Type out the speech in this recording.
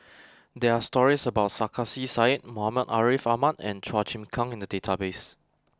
there are stories about Sarkasi Said Muhammad Ariff Ahmad and Chua Chim Kang in the database